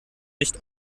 nicht